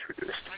reduced